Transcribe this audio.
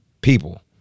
People